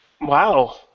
Wow